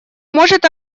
может